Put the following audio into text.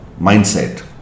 mindset